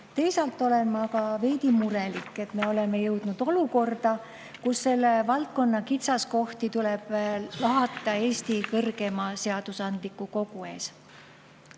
teisalt olen aga veidi murelik, et me oleme jõudnud olukorda, kus selle valdkonna kitsaskohti tuleb lahata Eesti kõrgeima seadusandliku kogu ees.